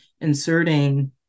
inserting